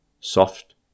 soft